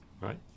right